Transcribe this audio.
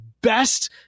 best